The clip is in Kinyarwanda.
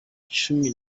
cumi